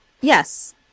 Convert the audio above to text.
Yes